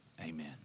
amen